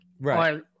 Right